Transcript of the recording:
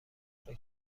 سفره